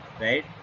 right